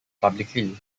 publicly